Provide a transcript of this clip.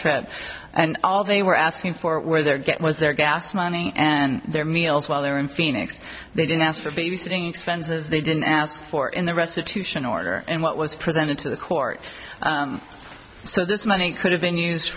trip and all they were asking for where they're get was their gas money and their meals while they were in phoenix they didn't ask for babysitting expenses they didn't ask for in the restitution order and what was presented to the court so this money could have been used